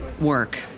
work